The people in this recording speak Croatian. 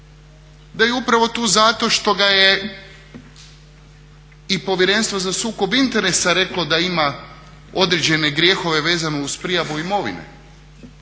da je upravo tu zato što ga je i Povjerenstvo za sukob interesa reklo da ima određene grijehove vezano uz prijavu imovine,